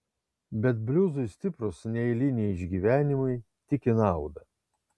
bet bliuzui stiprūs neeiliniai išgyvenimai tik į naudą